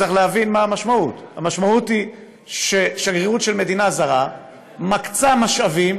צריך להבין מה המשמעות: המשמעות היא ששגרירות של מדינה זרה מקצה משאבים